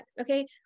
okay